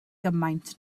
gymaint